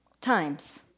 times